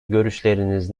görüşleriniz